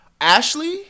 Ashley